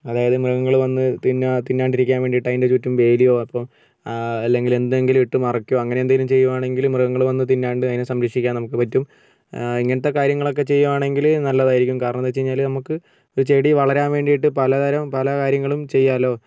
അതായത് മൃഗങ്ങൾ വന്ന് തിന്ന് തിന്നാണ്ടിരിക്കാൻ വേണ്ടീട്ട് അതിൻ്റെ ചുറ്റും വേലിയോ അപ്പോൾ അല്ലെങ്കിൽ എന്തെങ്കിലും ഇട്ട് മറയ്ക്കും അങ്ങനെ എന്തെങ്കിലും ചെയ്യുവാണെങ്കിൽ മൃഗങ്ങൾ വന്ന് തിന്നാണ്ട് അതിനെ സംരക്ഷിക്കാൻ നമുക്ക് പറ്റും ഇങ്ങനത്തെ കാര്യങ്ങളൊക്കെ ചെയ്യുവാണെങ്കിൽ നല്ലതായിരിക്കും കാരണം എന്താ വെച്ച് കഴിഞ്ഞാൽ നമുക്ക് ഒരു ചെടി വളരാൻ വേണ്ടീട്ട് പലതരം പല കാര്യങ്ങളും ചെയ്യാലോ